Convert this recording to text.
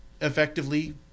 effectively